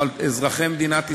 או על אזרחי מדינת ישראל.